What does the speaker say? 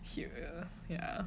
here yeah